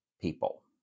people